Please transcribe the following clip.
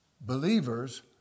believers